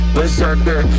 Berserker